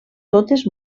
totes